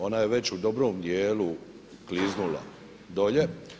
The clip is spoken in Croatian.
Ona je već u dobrom dijelu kliznula dolje.